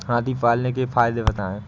हाथी पालने के फायदे बताए?